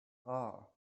are